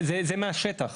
זה מהשטח,